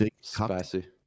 spicy